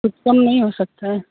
कुछ कम नहीं हो सकता है